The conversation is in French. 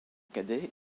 cadet